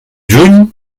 juny